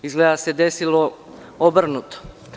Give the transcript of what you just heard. Izgleda se desilo obrnuto.